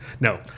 No